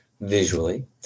visually